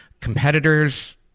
competitors –